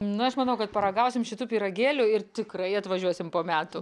nu aš manau kad paragausim šitų pyragėlių ir tikrai atvažiuosim po metų